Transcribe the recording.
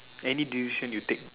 any duration you take